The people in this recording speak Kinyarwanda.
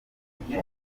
kugeza